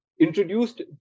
introduced